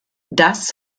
das